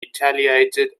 retaliated